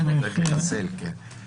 הנגיף, כן, כן.